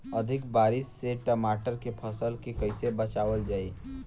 अधिक बारिश से टमाटर के फसल के कइसे बचावल जाई?